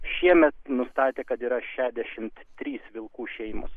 šiemet nustatė kad yra šešiasdešimt trys vilkų šeimos